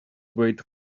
wait